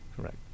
correct